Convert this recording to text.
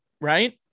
right